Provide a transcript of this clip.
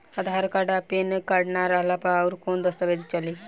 आधार card आ PAN card ना रहला पर अउरकवन दस्तावेज चली?